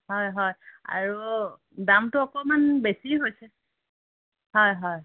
হয় হয় আৰু দামটো অকণমান বেছি হৈছে হয় হয়